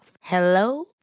Hello